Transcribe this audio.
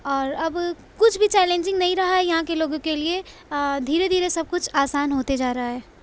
اور اب کچھ بھی چیلینجنگ نہیں رہا یہاں کے لوگوں کے لیے دھیرے دھیرے سب کچھ آسان ہوتے جا رہا ہے